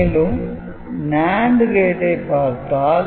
மேலும் NAND கேட்டை பார்த்தால்